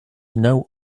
know